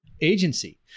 Agency